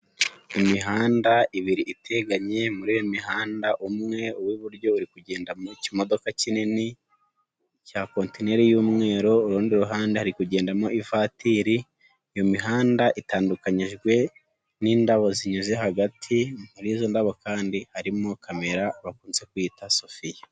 Imihanda ibiri iteganye muri iyo mihanda umwe w'iburyo uri kugenda mu kimodoka kinini, cya kontineri y'umweru, urundi ruhande hari kugendamo ivateri. Iyo mihanda itandukanyijwe n'indabo zinyuze hagati, murizo ndabo kandi harimo kamera bakunze kwiyita sofiya.